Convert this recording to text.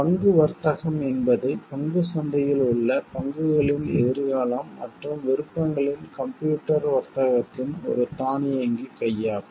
பங்கு வர்த்தகம் என்பது பங்குச் சந்தையில் உள்ள பங்குகளின் எதிர்காலம் மற்றும் விருப்பங்களின் கம்ப்யூட்டர் வர்த்தகத்தின் ஒரு தானியங்கி கையாகும்